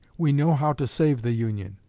we know how to save the union.